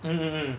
mm mm